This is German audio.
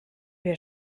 wir